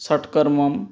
षट्कर्म